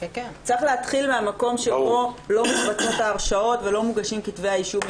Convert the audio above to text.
צריך להתחיל מן המקום שבו לא מתבצעות הרשעות ולא מוגשים כתבי אישום,